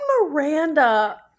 Miranda